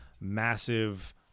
massive